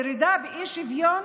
ירידה באי-שוויון,